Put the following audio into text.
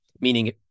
meaning